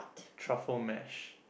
truffle mash